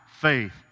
faith